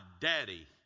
daddy